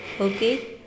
Okay